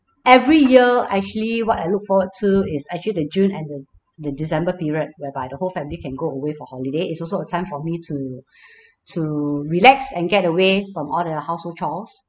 every year actually what I look forward to is actually the june and the the december period whereby the whole family can go away for holiday it's also a time for me to to relax and get away from all the household chores